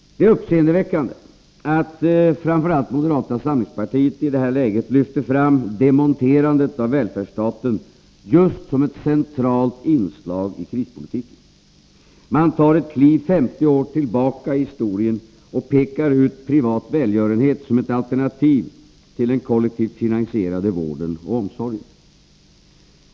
Det är uppseendeväckande att framför allt moderata samlingspartiet i detta läge lyfter fram demonterandet av välfärdsstaten just som ett centralt inslag i krispolitiken. Man tar ett kliv 50 år tillbaka i historien och pekar ut privat välgörenhet som ett alternativ till den kollektivt finansierade vården och omsorgen.